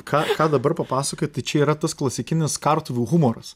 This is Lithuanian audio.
ką ką dabar papasakojai tai čia yra tas klasikinis kartuvių humoras